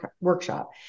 workshop